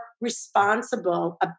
responsible